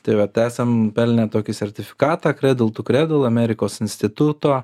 tai vat esam pelnę tokį sertifikatą kredl tu kredl amerikos instituto